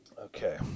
Okay